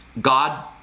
God